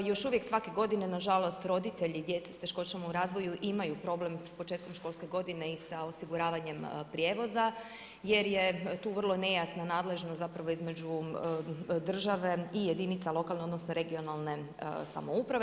Još uvijek svake godine na žalost roditelji i djeca s teškoćama u razvoju imaju problem s početkom školske godine i sa osiguravanjem prijevoza, jer je tu vrlo nejasna nadležnost zapravo između države i jedinica lokalne odnosno regionalne samouprave.